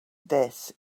this